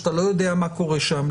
שאתה לא יודע מה קורה שם,